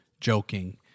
joking